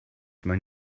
mewn